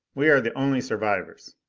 we are the only survivors.